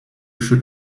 should